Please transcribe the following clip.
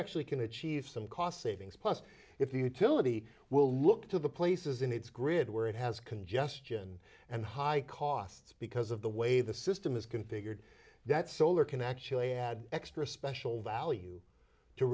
actually can achieve some cost savings plus if utility will look to the places in its grid where it has congestion and high costs because of the way the system is configured that solar can actually add extra special value to